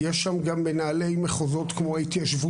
יש שם גם מנהלי מחוזות כמו ההתיישבותי,